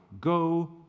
go